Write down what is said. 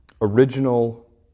original